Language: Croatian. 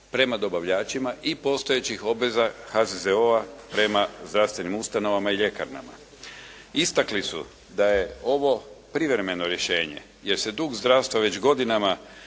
prema dobavljačima i postojećih obveza HZZO-a prema zdravstvenim ustanovama i ljekarnama. Istakli su da je ovo privremeno rješenje, jer se dug zdravstva već godinama